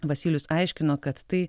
vasylius aiškino kad tai